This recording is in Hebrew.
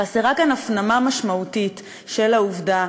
חסרה כאן הפנמה משמעותית של העובדה